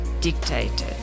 dictated